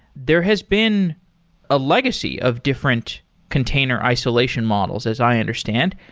there has been a legacy of different container isolation models as i understand.